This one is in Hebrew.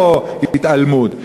לא התעלמות.